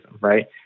right